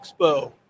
Expo